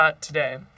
today